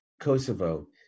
Kosovo